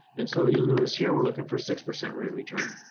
and so you'll notice here we're looking for six percent rate of return.